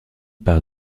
par